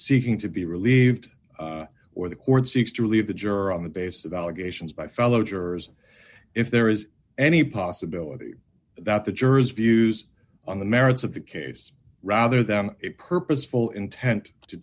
seeking to be relieved or the court seeks to leave the juror on the basis of allegations by fellow jurors if there is any possibility that the jurors views on the merits of the case rather than a purposeful intent to